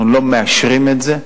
אנחנו לא מאשרים את זה.